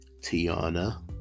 Tiana